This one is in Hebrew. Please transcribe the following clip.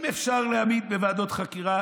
אם אפשר להמעיט בוועדות חקירה,